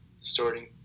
starting